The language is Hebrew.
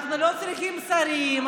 אנחנו לא צריכים שרים,